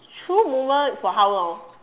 through moment for how long